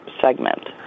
segment